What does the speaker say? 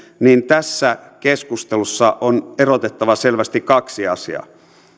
niin tässä keskustelussa on erotettava selvästi kaksi asiaa